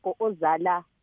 Ozala